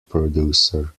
producer